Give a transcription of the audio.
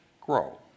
grow